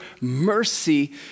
mercy